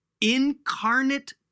Incarnate